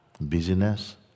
Busyness